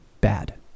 bad